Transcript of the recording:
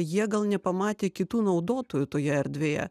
jie gal nepamatė kitų naudotojų toje erdvėje